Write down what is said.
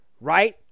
right